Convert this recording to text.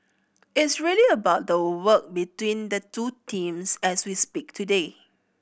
it's really about the work between the two teams as we speak today